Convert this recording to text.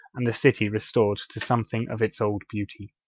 and the city restored to something of its old beauty.